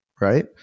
right